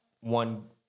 one